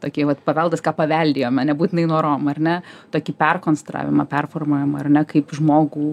tokie vat paveldas ką paveldėjome nebūtinai norom ar ne tokį perkonstravimą performavimą ar ne kaip žmogų